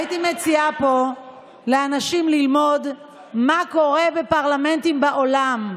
הייתי מציעה לאנשים פה ללמוד מה קורה בפרלמנטים בעולם.